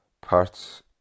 parts